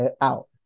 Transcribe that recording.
out